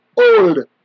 old